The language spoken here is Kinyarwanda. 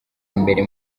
mbere